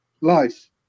life